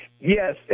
Yes